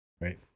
Right